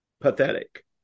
Pathetic